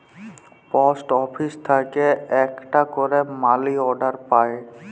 post office থেক্যে আকটা ক্যারে মালি অর্ডার পায়